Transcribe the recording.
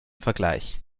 vergleich